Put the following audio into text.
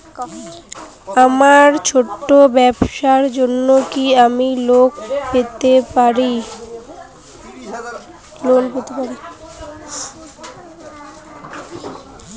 আমার ছোট্ট ব্যাবসার জন্য কি আমি লোন পেতে পারি?